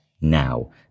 now